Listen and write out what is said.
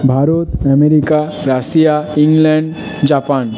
Bharat America Russia England Japan